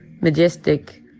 majestic